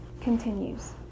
continues